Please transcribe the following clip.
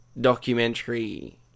documentary